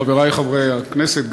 חברי חברי הכנסת,